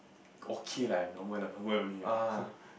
okay lah normal normal only lah